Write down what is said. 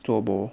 做 bo